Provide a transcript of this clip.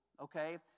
Okay